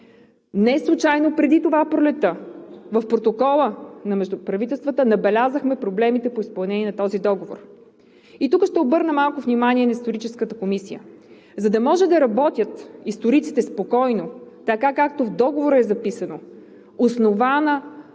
Неслучайно преди това, пролетта, в Протокола между правителствата набелязахме проблемите по изпълнение на този договор. Тук ще обърна малко внимание на Историческата комисия. За да може да работят историците спокойно, както е записано в Договора – работа, основана